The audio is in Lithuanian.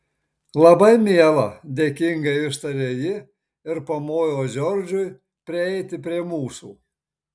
labai miela dėkingai ištarė ji ir pamojo džordžui prieiti prie mūsų